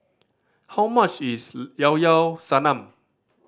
how much is Llao Llao Sanum